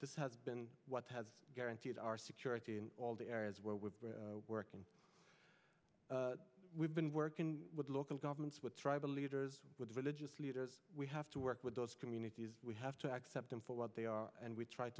this has been what has guaranteed our security all the areas where we've been working we've been working with local governments with tribal leaders with religious leaders we have to work with those communities we have to accept them for what they are and we tried